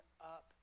up